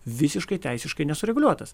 visiškai teisiškai nesureguliuotas